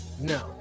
No